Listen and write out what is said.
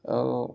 اور